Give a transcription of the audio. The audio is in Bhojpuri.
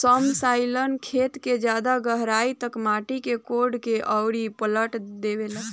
सबसॉइलर खेत के ज्यादा गहराई तक माटी के कोड़ के अउरी पलट देवेला